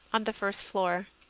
on the first floor.